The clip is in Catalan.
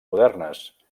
modernes